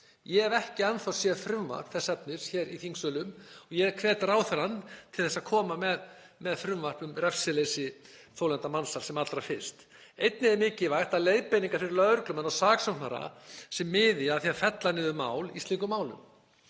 Ég hef ekki enn þá séð frumvarp þess efnis hér í þingsölum og ég hvet ráðherrann til að koma með frumvarp um refsileysi þolenda mansals sem allra fyrst. Einnig er mikilvægt að það séu leiðbeiningar fyrir lögreglumenn og saksóknara sem miði að því að fella niður mál í slíkum málum.